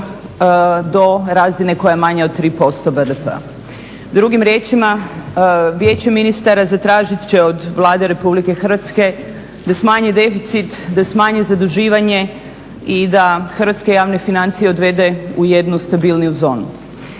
do razine koja je manja od 3% BDP-a. Drugim riječima vijeće ministara zatražit će od Vlade RH da smanji deficit, da smanji zaduživanje i da hrvatske javne financije odvede u jednu stabilniju zonu.